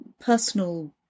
personal